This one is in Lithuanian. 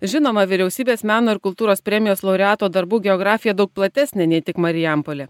žinoma vyriausybės meno ir kultūros premijos laureato darbų geografija daug platesnė nei tik marijampolė